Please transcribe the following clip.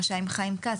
המוזמנים.